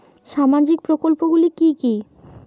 সামাজিক প্রকল্পগুলি কি কি?